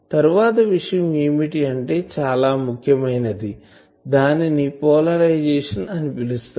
తరువాత విషయం ఏమిటి అంటే చాలా ముఖ్యమైనది దానిని పోలరైజేషన్ అని పిలుస్తారు